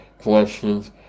questions